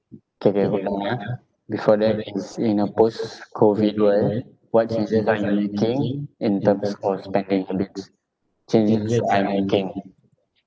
K K hold on ah before that is in a post COVID world what changes are you making in terms of spendings changes I'm making